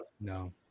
No